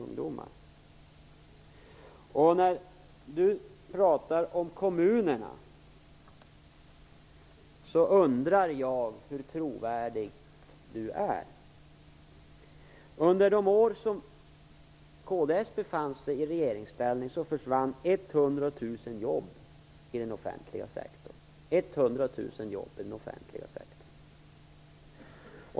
När Dan Ericsson pratar om kommunerna undrar jag hur trovärdig han är. Under de år som kds befann sig i regeringsställning försvann 100 000 jobb i den offentliga sektorn.